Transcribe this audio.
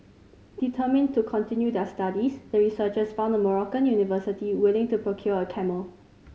determined to continue their studies the researchers found a Moroccan university willing to procure a camel